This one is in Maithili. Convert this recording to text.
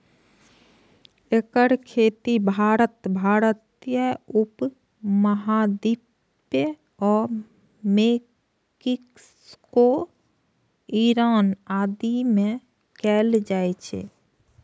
एकर खेती भारत, भारतीय उप महाद्वीप आ मैक्सिको, ईरान आदि मे कैल जाइ छै